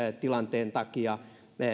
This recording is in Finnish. tilanteen takia